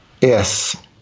Yes